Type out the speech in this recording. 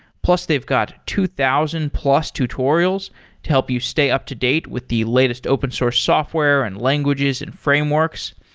plus they've got two thousand plus tutorials to help you stay up-to-date with the latest open source software and languages and frameworks.